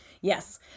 yes